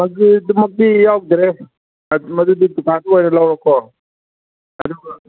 ꯊꯝꯆꯦꯠꯇꯨꯃꯛꯇꯤ ꯌꯥꯎꯗ꯭ꯔꯦ ꯃꯗꯨꯗꯤ ꯗꯨꯀꯥꯟꯗ ꯑꯣꯏꯅ ꯂꯧꯔꯣꯀꯣ ꯑꯗꯨꯒ